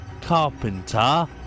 Carpenter